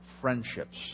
friendships